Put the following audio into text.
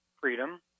freedom